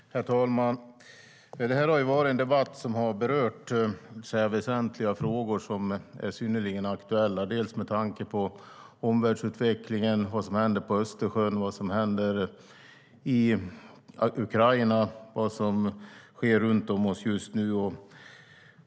Herr talman! Det här har varit en debatt som har berört väsentliga frågor som är synnerligen aktuella med tanke på omvärldsutvecklingen och vad som händer på Östersjön, i Ukraina och runt om oss just nu.